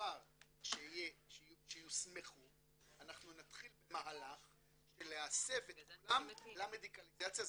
לאחר שיוסמכו אנחנו נתחיל במהלך של להסב את כולם למדיקלזציה.